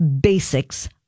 basics